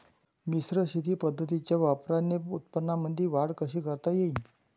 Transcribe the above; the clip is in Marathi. मिश्र शेती पद्धतीच्या वापराने उत्पन्नामंदी वाढ कशी करता येईन?